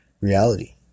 reality